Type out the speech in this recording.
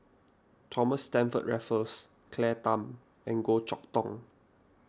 Thomas Stamford Raffles Claire Tham and Goh Chok Tong